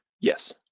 Yes